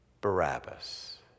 Barabbas